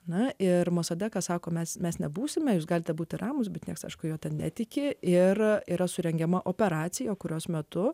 na ir masada ką sako mes mes nebūsime jūs galite būti ramūs bet niekas kažkodėl netiki ir yra surengiama operacija kurios metu